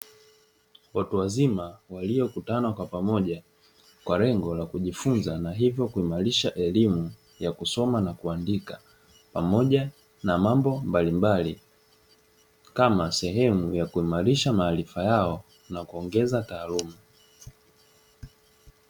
Watu wazima waliokutana kwa pamoja, kwa lengo la kujifunza na hivyo kuimarisha elimu ya kusoma na kuandika, pamoja na mambo mbalimbali kama sehemu ya kuimarisha maarifa yao na kuongeza taaluma.